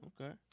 Okay